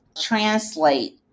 translate